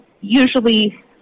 usually